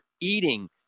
eating